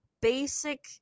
basic